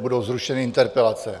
budou zrušeny interpelace.